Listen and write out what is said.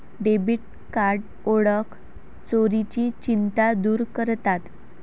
debit card ओळख चोरीची चिंता दूर करतात